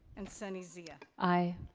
and sunny zia. i.